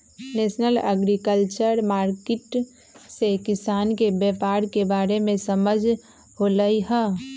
national agriculture market से किसान के व्यापार के बारे में समझ होलई ह